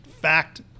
fact